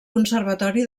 conservatori